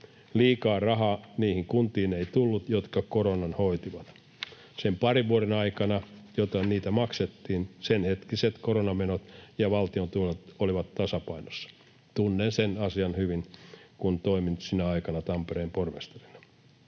Liikaa rahaa ei tullut niihin kuntiin, jotka koronan hoitivat. Sen parin vuoden aikana, joina niitä maksettiin, senhetkiset koronamenot ja valtion tuet olivat tasapainossa. Tunnen sen asian hyvin, koska toimin sinä aikana Tampereen pormestarina.